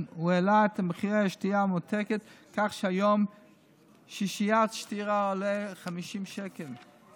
הוא העלה את מחירי השתייה הממותקת כך שהיום שישיית שתייה עולה 50 שקל.